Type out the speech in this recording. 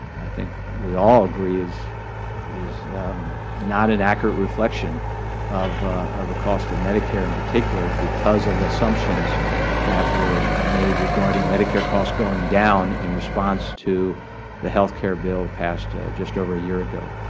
i think we all agree, is is not an accurate reflection of of the cost of medicare in particular because of assumptions that were made regarding medicare costs costs going down in response to the health care bill passed just over a year ago.